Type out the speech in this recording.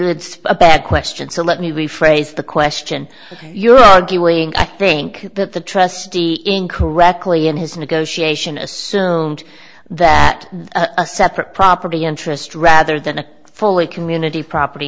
spot bad question so let me rephrase the question you're arguing i think that the trustee in correctly in his negotiation assumed that a separate property interest rather than a fully community property